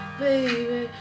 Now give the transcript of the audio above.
baby